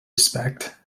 respect